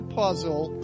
puzzle